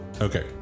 Okay